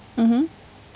mmhmm